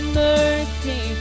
mercy